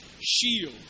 shield